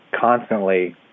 constantly